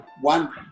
one